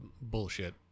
bullshit